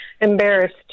embarrassed